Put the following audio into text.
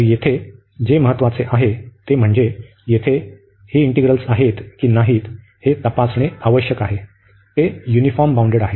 तर येथे जे महत्त्वाचे आहे ते म्हणजे येथे हे इंटिग्रल आहेत की नाहीत हे तपासणे आवश्यक आहे ते युनिफॉर्म बाउंडेड आहेत